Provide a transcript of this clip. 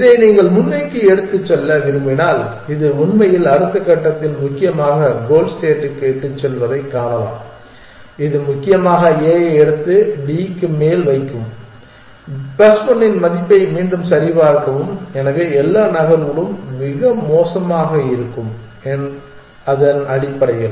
இதை நீங்கள் முன்னோக்கி எடுத்துச் செல்ல விரும்பினால் இது உண்மையில் அடுத்த கட்டத்தில் முக்கியமாக கோல் ஸ்டேட்டுக்கு இட்டுச் செல்வதைக் காணலாம் இது முக்கியமாக A ஐ எடுத்து D க்கு மேல் வைக்கும் பிளஸ் 1 இன் மதிப்பை மீண்டும் சரிபார்க்கவும் மற்ற எல்லா நகர்வுகளும் மோசமாக இருக்கும் அது அடிப்படையில்